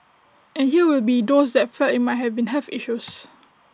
and here will be those that felt IT might have been health issues